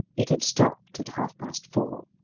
it had stopped at half-past four,